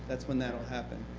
that's when that will happen.